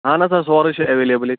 اَہَن حظ آ سورُے چھُ ایویلیبٕل ییٚتہِ